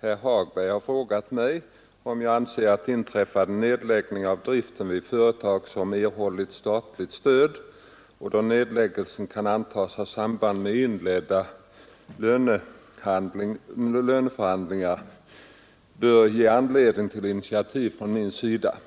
Herr Hagberg har frågat mig om jag anser att inträffad nedläggning av driften vid företag som erhållit statligt stöd och då nedläggelsen kan antas ha samband med inledda löneförhandlingar bör ge anledning till initiativ från min sida.